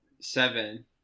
seven